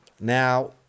Now